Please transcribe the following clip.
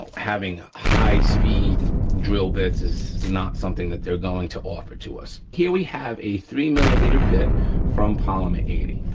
having a high speed drill bits is not something that they're going to offer to us. here we have three millimeter bit from polymer eighty,